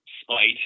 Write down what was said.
spite